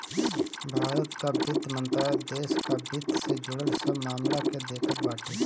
भारत कअ वित्त मंत्रालय देस कअ वित्त से जुड़ल सब मामल के देखत बाटे